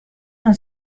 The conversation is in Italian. non